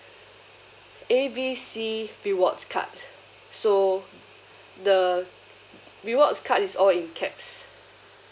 A B C rewards card so the rewards card is all in caps